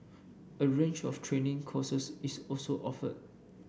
a range of training courses is also offered